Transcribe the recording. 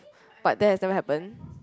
but that has never happen